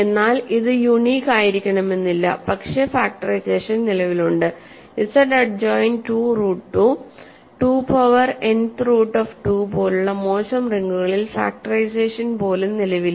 എന്നാൽ ഇത് യുണീക് ആയിരിക്കണമെന്നില്ല പക്ഷേ ഫാക്ടറൈസേഷൻ നിലവിലുണ്ട് Z adjoint 2 root 2 2 power nth root of 2 പോലുള്ള മോശം റിങ്ങുകളിൽ ഫാക്ടറൈസേഷൻ പോലും നിലവിലില്ല